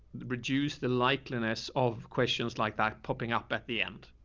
reduce the likeliness of questions like that popping up at the end.